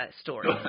story